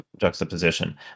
juxtaposition